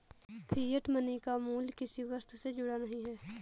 fiat money का मूल्य किसी वस्तु से जुड़ा नहीं है